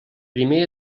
primer